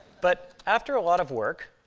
but after a lot of work,